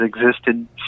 existed